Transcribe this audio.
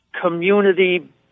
community